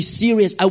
serious